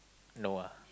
no ah